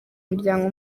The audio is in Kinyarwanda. muryango